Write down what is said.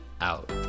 out